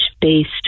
based